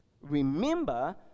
Remember